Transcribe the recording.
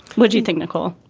would you think, nicole,